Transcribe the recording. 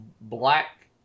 black